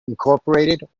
incorporated